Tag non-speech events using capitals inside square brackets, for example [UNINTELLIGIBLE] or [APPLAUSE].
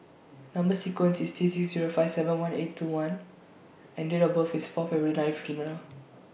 Number sequence IS T six Zero five seven one eight two one and Date of birth IS Fourth February nineteen [UNINTELLIGIBLE]